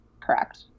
Correct